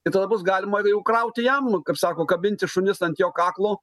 ir tada bus galima jau krauti jam kaip sako kabinti šunis ant jo kaklo